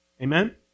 Amen